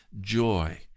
joy